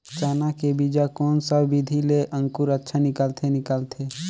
चाना के बीजा कोन सा विधि ले अंकुर अच्छा निकलथे निकलथे